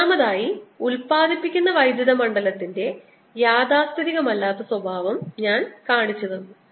മൂന്നാമതായി ഉൽപാദിപ്പിക്കുന്ന വൈദ്യുത മണ്ഡലത്തിന്റെ യാഥാസ്ഥിതികമല്ലാത്ത സ്വഭാവം ഞാൻ കാണിച്ചുതന്നു